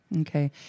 Okay